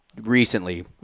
recently